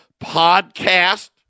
podcast